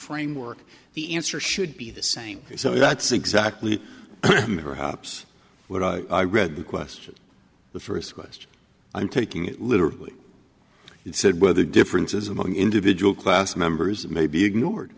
framework the answer should be the same so that's exactly the her hops i read the question the first question i'm taking it literally said whether differences among individual class members may be ignored